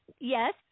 Yes